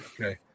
Okay